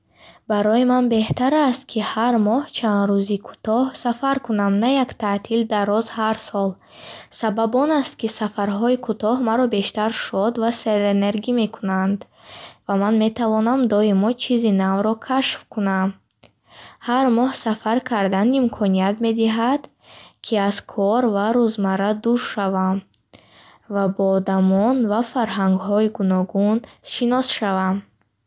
Барои ман беҳтар аст, ки ҳар моҳ чанд рӯзи кӯтоҳ сафар кунам, на як таътил дароз ҳар сол. Сабаби он аст, ки сафарҳои кӯтоҳ маро бештар шод ва серэнергӣ мекунанд, ва ман метавонам доимо чизи навро кашф кунам. Ҳар моҳ сафар кардан имконият медиҳад, ки аз кор ва рӯзмарра дур шавам ва бо одамон ва фарҳангҳои гуногун шинос шавам.